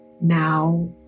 now